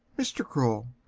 mr. kroll.